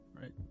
right